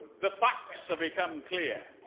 the facts have become clear.